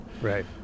Right